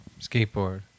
skateboard